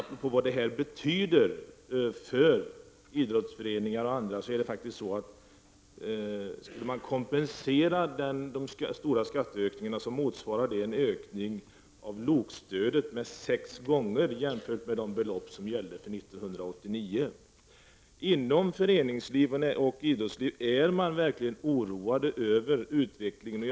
Apropå vad detta betyder för idrottsföreningarna och andra föreningar kan jag säga att om man skulle kompensera de stora skatteökningarna, motsvarar det en ökning av LOK-stödet med sex gånger jämfört med det belopp som gällde för 1989. Inom föreningslivet och inom idrotten är man verkligen oroad över utvecklingen.